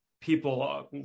people